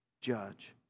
judge